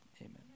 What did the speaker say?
Amen